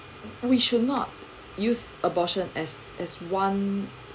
we should not use abortion as as one